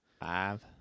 Five